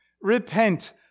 Repent